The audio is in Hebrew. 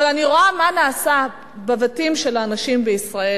אבל אני רואה מה נעשה בבתים של האנשים בישראל.